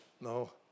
No